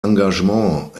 engagement